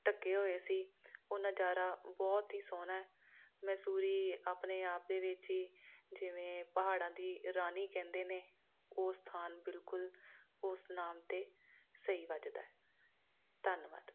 ਢੱਕੇ ਹੋਏ ਸੀ ਉਹ ਨਜਾਰਾ ਬਹੁਤ ਹੀ ਸੋਹਣਾ ਮੈਸੂਰੀ ਆਪਣੇ ਆਪ ਦੇ ਵਿੱਚ ਹੀ ਜਿਵੇਂ ਪਹਾੜਾਂ ਦੀ ਰਾਣੀ ਕਹਿੰਦੇ ਨੇ ਉਹ ਸਥਾਨ ਬਿਲਕੁਲ ਉਸ ਨਾਮ 'ਤੇ ਸਹੀ ਵੱਜਦਾ ਧੰਨਵਾਦ